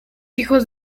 hijos